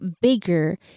bigger